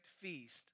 feast